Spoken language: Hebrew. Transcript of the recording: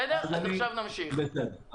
בסדר,